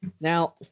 Now